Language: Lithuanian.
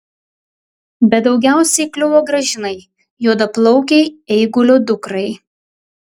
bet daugiausiai kliuvo gražinai juodaplaukei eigulio dukrai